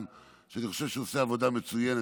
שאני חושב שהוא עושה עבודה מצוינת,